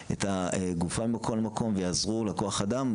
הגופה ממקום למקום ויעזרו לכוח האדם,